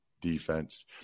defense